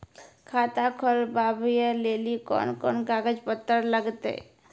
खाता खोलबाबय लेली कोंन कोंन कागज पत्तर लगतै?